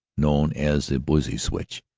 known as the buissy switch.